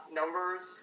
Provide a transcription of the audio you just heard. numbers